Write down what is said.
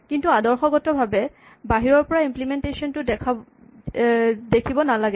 কিন্তু আদৰ্শগতভাৱে বাহিৰৰ পৰা ইম্লিমেন্টেচন টো দেখিব নালাগে